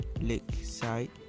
Lakeside